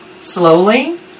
slowly